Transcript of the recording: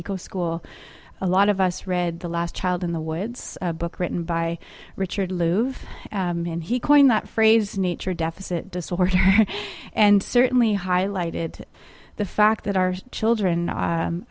eco school a lot of us read the last child in the woods a book written by richard louve and he coined that phrase nature deficit disorder and certainly highlighted the fact that our children